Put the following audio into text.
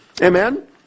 Amen